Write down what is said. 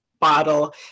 bottle